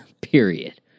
Period